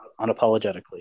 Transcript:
unapologetically